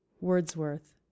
Wordsworth